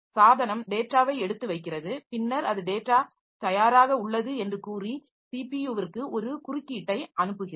சாதனம் டேட்டாவை எடுத்து வைக்கிறது பின்னர் அது டேட்டா தயாராக உள்ளது என்று கூறி ஸிபியுவிற்க்கு ஒரு குறுக்கீட்டை அனுப்புகிறது